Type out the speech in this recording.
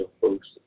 folks